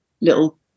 little